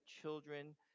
children